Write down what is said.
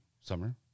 Summer